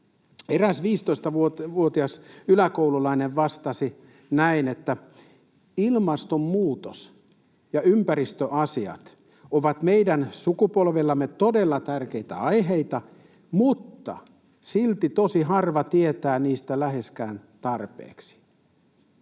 Eräs 15-vuotias yläkoululainen vastasi näin: ”Ilmastonmuutos ja ympäristöasiat ovat meidän sukupolvellemme todella tärkeitä aiheita, mutta silti tosi harva tietää niistä läheskään tarpeeksi.”